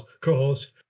co-host